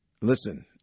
listen